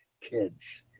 kids